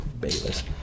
Bayless